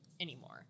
anymore